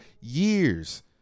years